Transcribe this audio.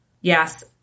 Yes